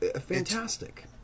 fantastic